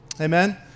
Amen